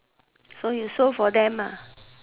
so you sew for them